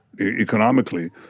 economically